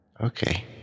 Okay